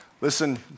Listen